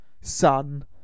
son